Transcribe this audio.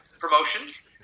promotions